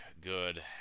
good